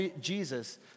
Jesus